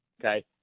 Okay